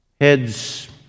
heads